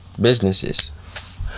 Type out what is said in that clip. businesses